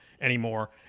anymore